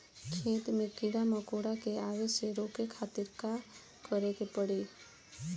खेत मे कीड़ा मकोरा के आवे से रोके खातिर का करे के पड़ी?